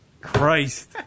Christ